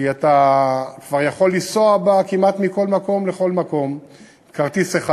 כי אתה כבר יכול לנסוע בה כמעט מכל מקום לכל מקום בכרטיס אחד.